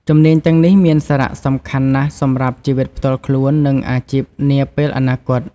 ជំនាញទាំងនេះមានសារៈសំខាន់ណាស់សម្រាប់ជីវិតផ្ទាល់ខ្លួន និងអាជីពនាពេលអនាគត។